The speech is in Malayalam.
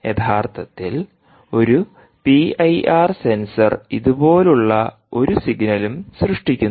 യഥാർത്ഥത്തിൽ ഒരു പിഐആർ സെൻസർ ഇതുപോലുള്ള ഒരു സിഗ്നലും സൃഷ്ടിക്കുന്നു